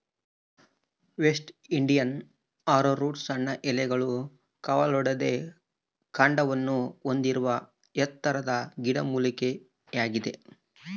West Indian arrowroot ಸಣ್ಣ ಎಲೆಗಳು ಕವಲೊಡೆದ ಕಾಂಡವನ್ನು ಹೊಂದಿರುವ ಎತ್ತರದ ಗಿಡಮೂಲಿಕೆಯಾಗಿದೆ